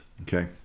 Okay